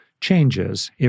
changes